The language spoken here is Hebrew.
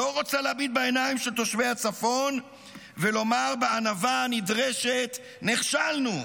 לא רוצה להביט בעיניים של תושבי הצפון ולומר בענווה הנדרשת: נכשלנו.